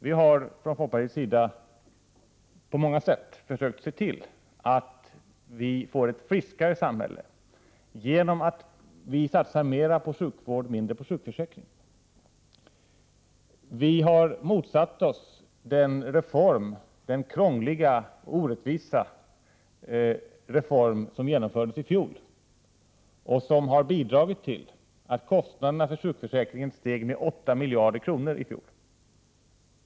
Vi har från folkpartiets sida på många sätt försökt se till att få ett friskare samhälle genom att satsa mer på sjukvård och mindre på sjukförsäkring. Vi har motsatt oss den krångliga och orättvisa reform som genomfördes i fjol och som har bidragit till att kostnaderna för sjukförsäkringen steg med 8 miljarder förra året.